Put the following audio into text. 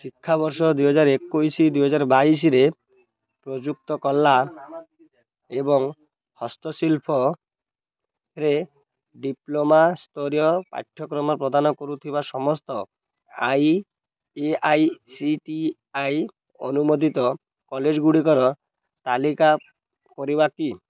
ଶିକ୍ଷାବର୍ଷ ଦୁଇ ହଜାର ଏକୋଇଶ ଦୁଇ ହଜାର ବାଇଶରେ ପ୍ରଯୁକ୍ତ କଲା ଏବଂ ହସ୍ତଶିଳ୍ପରେ ଡ଼ିପ୍ଲୋମା ସ୍ତରୀୟ ପାଠ୍ୟକ୍ରମ ପ୍ରଦାନ କରୁଥିବା ସମସ୍ତ I A I C T E ଅନୁମୋଦିତ କଲେଜ୍ ଗୁଡ଼ିକର ତାଲିକା କରିବା କି